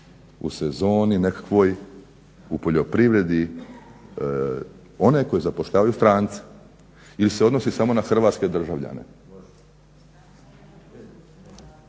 u sezoni nekakvoj u poljoprivredi one koji zapošljavaju strance ili se odnosi samo na hrvatske državljane?